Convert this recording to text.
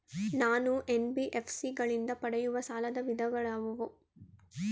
ನಾನು ಎನ್.ಬಿ.ಎಫ್.ಸಿ ಗಳಿಂದ ಪಡೆಯುವ ಸಾಲದ ವಿಧಗಳಾವುವು?